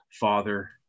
father